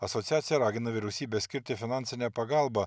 asociacija ragina vyriausybę skirti finansinę pagalbą